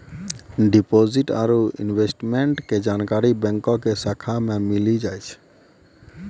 deposit आरू investment के जानकारी बैंको के शाखा मे मिली जाय छै